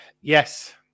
Yes